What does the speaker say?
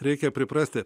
reikia priprasti